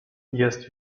jest